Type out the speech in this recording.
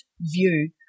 view